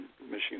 Michigan